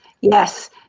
Yes